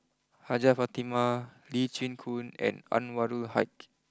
Hajjah Fatimah Lee Chin Koon and Anwarul Haque